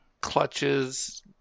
clutches